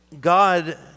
God